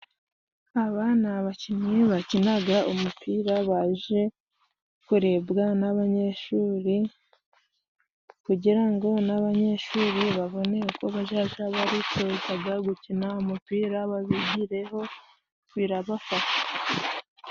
Aba ni abakinnyi bakinaga umupira. Baje kurebwa n'abanyeshuri kugira ngo n'abanyeshuri, babone uko bazaja baritozaga gucina umupira, babigireho birabafasha.